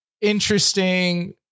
interesting